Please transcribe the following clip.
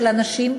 של הנשים,